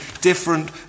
different